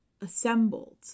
assembled